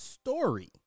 story